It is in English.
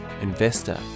investor